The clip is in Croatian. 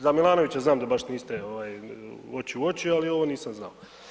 Za Milanovića znam da baš niste oči u oči ali ovo nisam znao.